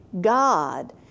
God